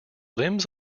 limbs